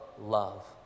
love